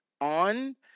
on